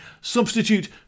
Substitute